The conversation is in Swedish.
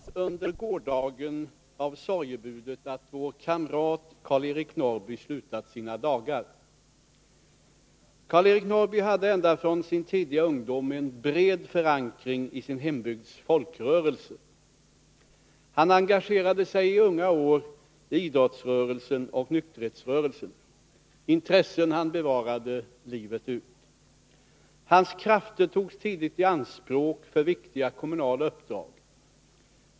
Vi nåddes under gårdagen av sorgebudet att vår kamrat Karl-Eric Norrby slutat sina dagar. Karl-Eric Norrby hade ända från sin tidiga ungdom en bred förankring i sin hembygds folkrörelser. Han engagerade sig i unga år i idrottsrörelsen och nykterhetsrörelsen — intressen han bevarade livet ut. Hans krafter togs tidigt i anspråk för viktiga kommunala uppdrag.